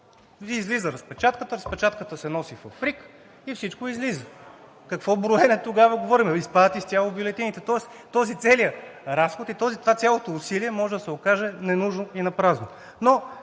Нали излиза разпечатката, разпечатката се носи в РИК и всичко излиза? За какво броене тогава говорим, нали падат изцяло бюлетините? Тоест този целият разход и това цялото усилие може да се окажат ненужни и напразни.